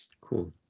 Cool